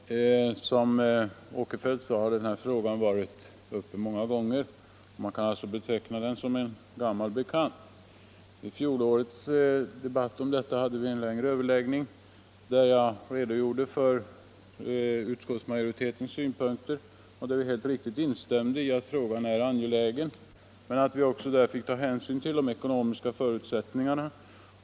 Herr talman! Som herr Åkerfeldt sade har denna fråga varit uppe till behandling många gånger, och man kan alltså beteckna den som en gammal bekant. I fjolårets debatt hade vi en längre överläggning, och jag redogjorde då för utskottsmajoritetens synpunkter. Utskottet instämde då i att frågan är angelägen men sade att vi måste ta hänsyn till de ekonomiska förutsättningarna.